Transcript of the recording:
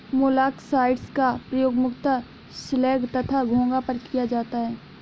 मोलॉक्साइड्स का प्रयोग मुख्यतः स्लग तथा घोंघा पर किया जाता है